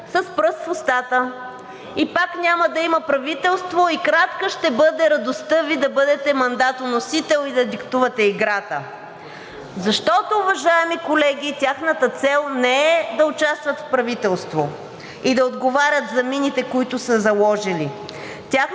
с пръст в устата и пак няма да има правителство и кратка ще бъде радостта Ви да бъдете мандатоносител и да диктувате играта. Защото, уважаеми колеги, тяхната цел не е да участват в правителство и да отговарят за мините, които са заложили,